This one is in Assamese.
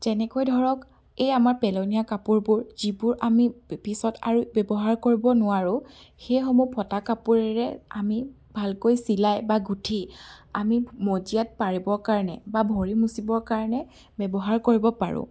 যেনেকৈ ধৰক এই আমাৰ পেলনীয় কাপোৰবোৰ যিবোৰ আমি পিছত আৰু ব্যৱহাৰ কৰিব নোৱাৰোঁ সেইসমূহ ফটা কাপোৰেৰে আমি ভালকৈ চিলাই বা গুঁঠি আমি মজিয়াত পাৰিবৰ কাৰণে বা ভৰি মচিবৰ কাৰণে ব্যৱহাৰ কৰিব পাৰোঁ